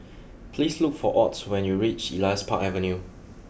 please look for Ott when you reach Elias Park Avenue